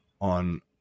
on